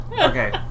Okay